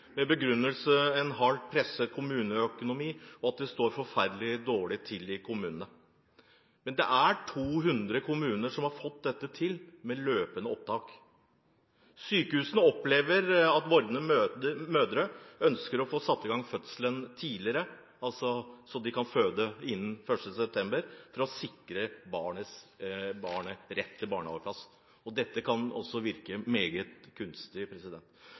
en hardt presset kommuneøkonomi og at det står forferdelig dårlig til i kommunene. Men det er 200 kommuner som har fått til løpende opptak. Sykehusene opplever at vordende mødre ønsker å få satt i gang fødselen tidligere, slik at de kan føde innen 1. september for å sikre barnet rett til barnehageplass. Dette kan virke meget